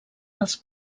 als